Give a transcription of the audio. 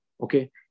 Okay